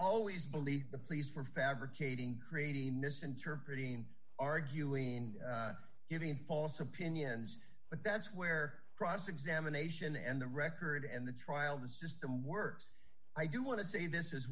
believed the pleas for fabricating creating misinterpreting arguing giving false opinions but that's where cross examination and the record and the trial the system works i do want to say this